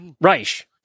Reich